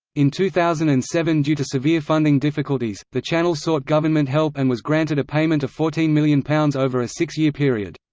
in two thousand and seven due to severe funding difficulties, the channel sought government help and was granted a payment of fourteen million pounds over a six-year period.